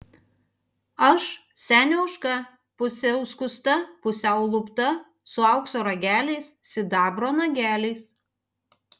aš senio ožka pusiau skusta pusiau lupta su aukso rageliais sidabro nageliais